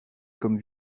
comme